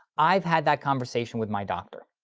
i've had that conversation with my doctor.